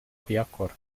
kuyakora